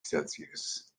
celsius